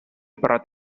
parlat